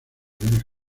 bienes